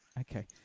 Okay